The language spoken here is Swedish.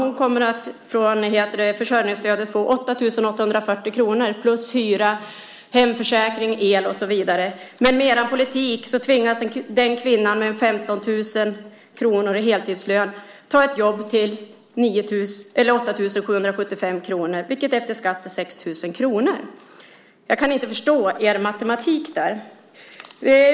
Hon kommer att från försörjningsstödet få 8 840 kr plus hyra, hemförsäkring, el och så vidare, men med er politik tvingas den kvinnan med 15 000 kr i heltidslön ta ett jobb till 8 775 kr, vilket efter skatt är 6 000 kr. Jag kan inte förstå er matematik där.